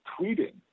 tweeting